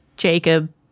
Jacob